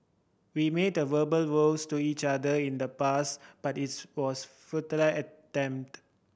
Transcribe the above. we made verbal vows to each other in the past but it's was a attempt